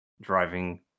driving